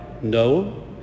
no